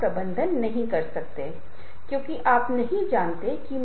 प्रस्तुति किस स्तर कितनी तकनीकीकितनी कठिन अथवा कितनी जटिल होनी चाहिए